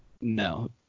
no